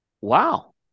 Wow